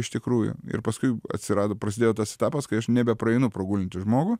iš tikrųjų ir paskui atsirado prasidėjo tas etapas kai aš nebepraeinu pro gulintį žmogų